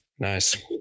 Nice